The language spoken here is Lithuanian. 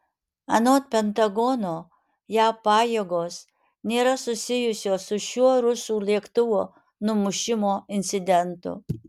anot pentagono jav pajėgos nėra susijusios su šiuo rusų lėktuvo numušimo incidentu